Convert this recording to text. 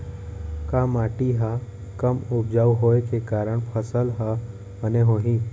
का माटी हा कम उपजाऊ होये के कारण फसल हा बने होही?